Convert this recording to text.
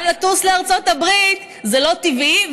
גם לטוס לארצות הברית זה לא טבעי,